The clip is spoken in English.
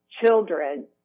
children